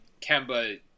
Kemba